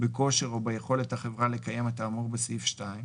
בכושר או ביכולת החברה לקיים את האמור בסעיף 2,